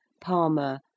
Palmer